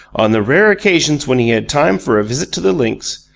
on the rare occasions when he had time for a visit to the links,